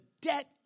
debt